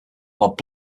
whilst